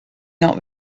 not